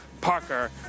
parker